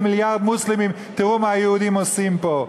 למיליארד מוסלמים: תראו מה היהודים עושים פה,